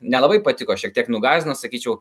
nelabai patiko šiek tiek nugąsdino sakyčiau